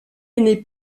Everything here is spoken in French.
aîné